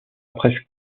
presse